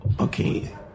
Okay